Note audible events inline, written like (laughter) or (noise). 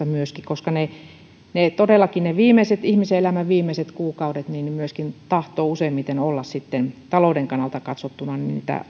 (unintelligible) myöskin koska todellakin ne ihmisen elämän viimeiset kuukaudet tahtovat useimmiten olla sitten talouden kannalta katsottuna